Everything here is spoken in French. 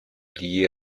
liée